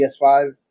PS5